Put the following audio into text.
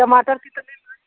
टमाटर कितने में है